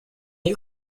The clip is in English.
you